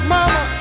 Mama